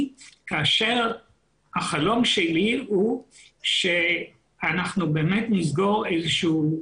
כאשר החלום שלי הוא שאנחנו באמת נסגור איזשהו,